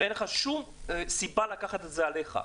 אין לך שום סיבה לקחת את זה עליך,